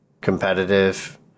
competitive